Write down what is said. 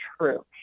true